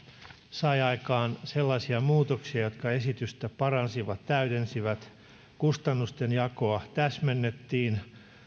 sai aikaan sellaisia muutoksia jotka esitystä paransivat ja täydensivät kustannusten jakoa täsmennettiin